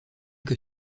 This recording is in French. que